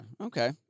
Okay